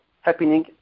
happening